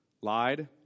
lied